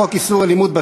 בעד.